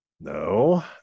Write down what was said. No